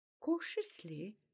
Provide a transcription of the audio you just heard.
Cautiously